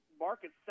market